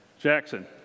Jackson